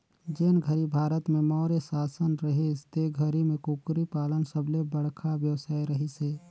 जेन घरी भारत में मौर्य सासन रहिस ते घरी में कुकरी पालन सबले बड़खा बेवसाय रहिस हे